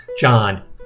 John